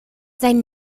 sein